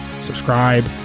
subscribe